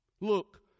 Look